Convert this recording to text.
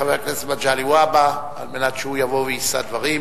חבר הכנסת מגלי והבה, על מנת שיבוא ויישא דברים.